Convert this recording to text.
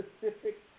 specific